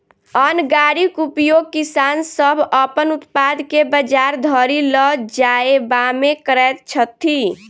अन्न गाड़ीक उपयोग किसान सभ अपन उत्पाद के बजार धरि ल जायबामे करैत छथि